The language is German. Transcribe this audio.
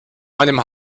meinem